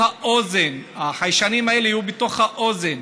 הסכימו שהחיישנים האלה יהיו להם בתוך האוזן